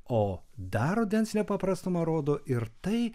o dar rudens nepaprastumą rodo ir tai